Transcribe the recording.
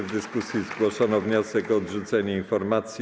W dyskusji zgłoszono wniosek o odrzucenie informacji.